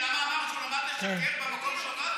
למה אמרת שהוא למד לשקר במקום שהוא עבד בו?